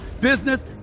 business